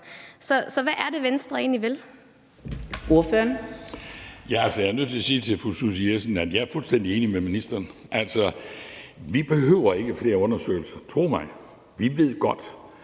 Kl. 14:36 Hans Christian Schmidt (V): Jeg er nødt til at sige til fru Susie Jessen, at jeg er fuldstændig enig med ministeren. Altså, vi behøver ikke flere undersøgelser – tro mig. Vi ved godt,